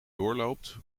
doorloopt